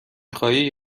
خواهی